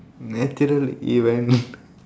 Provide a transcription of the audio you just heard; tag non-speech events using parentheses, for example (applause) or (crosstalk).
natural event (noise)